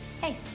Hey